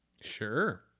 Sure